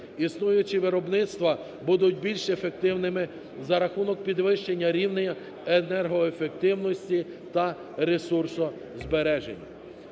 існуючі виробництва будуть більш ефективними за рахунок підвищення рівня енергоефективності та ресурсозбереження.